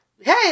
hey